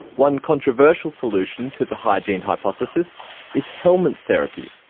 one controversial solution to the hygiene hypothesis is helminth therapy,